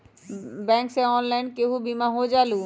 Bank से online केहु बिमा हो जाईलु?